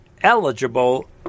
eligible